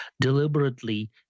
deliberately